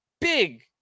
big